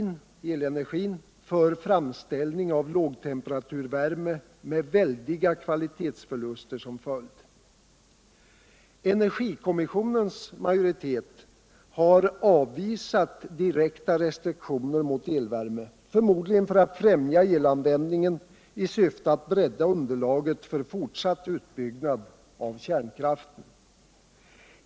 elenergin. för framställning av lågtemperaturvärme med väldiga kvalitetsförluster som följd. in in Energikommissionens majoritet har avvisat direkta restriktioner mot elvärme — förmodligen för att främja elanvändning i syfte att bredda underlaget för fortsatt utbyggnad av kärnkraften.